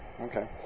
okay